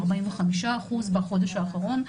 45% בחודש האחרון,